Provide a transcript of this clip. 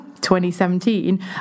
2017